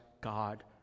God